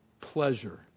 pleasure